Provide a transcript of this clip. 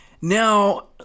Now